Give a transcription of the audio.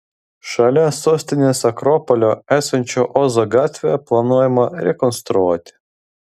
šalia sostinės akropolio esančią ozo gatvę planuojama rekonstruoti